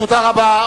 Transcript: תודה רבה.